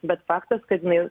bet faktas kad jinai